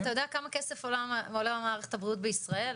אתה יודע כמה כסף עולה מערכת הבריאות בישראל.